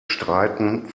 streiten